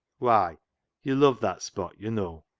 why yo' luv' that spot, yo' know,